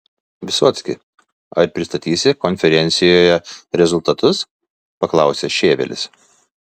vysocki ar pristatysi konferencijoje rezultatus paklausė šėvelis